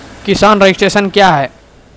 किसान रजिस्ट्रेशन क्या हैं?